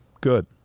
Good